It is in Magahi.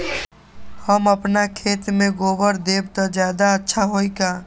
हम अपना खेत में गोबर देब त ज्यादा अच्छा होई का?